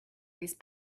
these